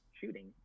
shooting